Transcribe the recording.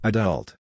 Adult